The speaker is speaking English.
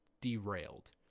derailed